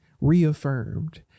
reaffirmed